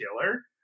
killer